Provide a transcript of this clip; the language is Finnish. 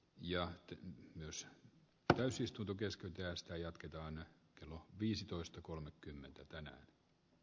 jahti myös että täysistunto kesken tästä jatketaan kello viisitoista kolmekymmentä tänä